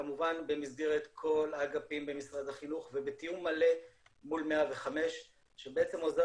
כמובן במסגרת כל האגפים במשרד החינוך ובתיאום מלא מול 105 שבעצם עוזר